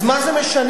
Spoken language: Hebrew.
אז מה זה משנה?